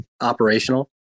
operational